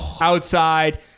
outside